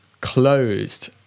closed